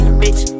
bitch